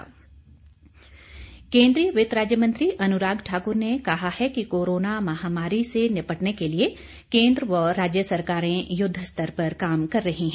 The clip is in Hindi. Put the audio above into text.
अनुराग ठाकुर केन्द्रीय वित्त राज्य मंत्री अनुराग ठाकुर ने कहा है कि कोरोना महामारी से निपटने के लिए केंद्र व राज्य सरकारें युद्ध स्तर पर काम कर रही हैं